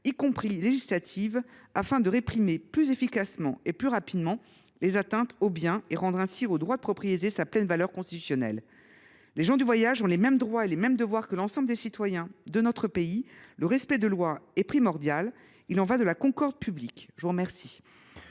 de nature législative, afin de réprimer plus efficacement et plus rapidement les atteintes aux biens et de rendre ainsi au droit de propriété sa pleine valeur constitutionnelle. Les gens du voyage ont les mêmes droits et les mêmes devoirs que l’ensemble des citoyens de notre pays. Le respect des lois est primordial. Il y va de la concorde publique. La parole